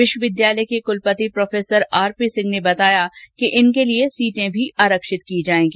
विश्वविद्यालय के कुलपति प्रोफेसर आर पी सिंह ने बताया कि इनके लिए सीटें भी आरक्षित की जाएगी